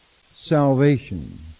salvation